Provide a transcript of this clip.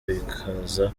bikaza